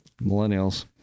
Millennials